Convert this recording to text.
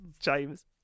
James